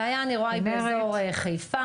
אני רואה שהבעיה היא באזור חיפה,